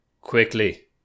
Quickly